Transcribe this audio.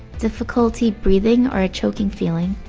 difficulty breathing or a choking feeling,